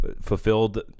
fulfilled